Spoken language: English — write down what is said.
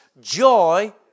joy